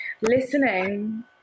Listening